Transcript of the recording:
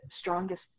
strongest